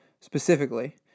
specifically